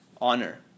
honor